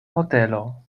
hotelo